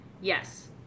yes